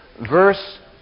verse